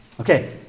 Okay